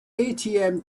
atm